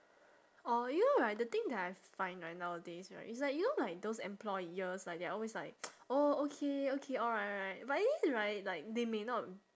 orh you know right the thing that I find right nowadays right is like you know like those employers like they're always like oh okay okay alright alright but then right like they may not